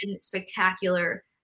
Spectacular